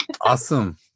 Awesome